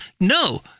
No